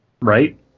Right